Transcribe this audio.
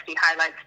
highlights